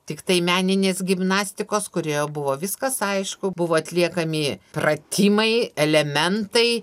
tiktai meninės gimnastikos kurioje buvo viskas aišku buvo atliekami pratimai elementai